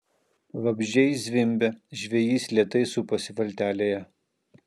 vabzdžiai zvimbė žvejys lėtai suposi valtelėje